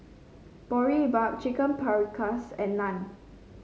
Boribap Chicken Paprikas and Naan